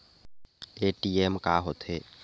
ATM का होथे?